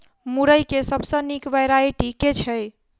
मुरई केँ सबसँ निक वैरायटी केँ छै?